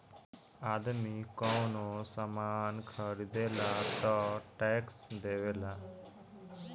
आदमी कवनो सामान ख़रीदेला तऽ टैक्स देवेला